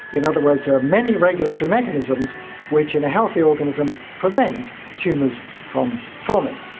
in other words, there are many regulatory mechanisms which in a healthy organism prevent tumours from forming.